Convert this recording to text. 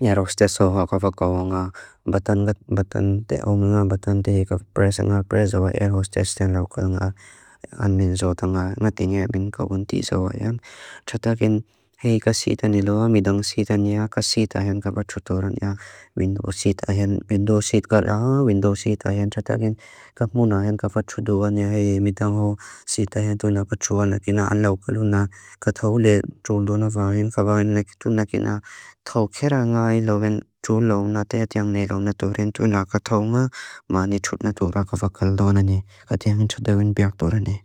aerostessoha kafa kawonga. Batan ga, batan te omonga, batan te ikaf presa nga, presa wa aerostess ten lokal nga. Anmen zota nga, nga tinge bin kaunti sawa ajan. Chata kin, hei kasitan nilawa, midang sita nia, kasita ajan kapa chutoran aja. Window seat ajan, window seat kata ajan, window seat ajan. Chata kin, ka muna ajan kafa chutoran aja. Hei, midang ho, seat ajan tuna kachua. Akin na, an lokal nga, kata ule, chul duna fa. Agin, kapa ajan nakitu. Akin na, tau kera nga, iloven, chul launa. Te atiang nilaw na turin. Tuna kata wonga, mani chut na tura. Kafa kal doan ani. Atiangin chutawin biak turani.